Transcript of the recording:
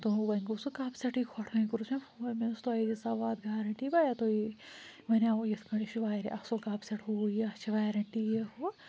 تہٕ وۅنۍ گوٚو سُہ کَپ سٮ۪ٹٕے کھوٚٹ وۅنۍ کوٚرُس مےٚ فون مےٚ دوٚپُس تۄہہِ دِژاوٕ اَتھ گارنٹی بَھیا تُہۍ وَنیٛاوٕ یِتھٕ پٲٹھۍ یہِ چھُ واریاہ اَصل کپ سیٚٹ ہُو یہِ اَتھ چھِ وارنٹی یہِ ہُو